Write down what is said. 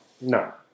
No